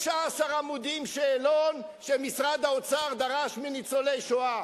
15 עמודים שאלון שמשרד האוצר דרש מניצולי שואה.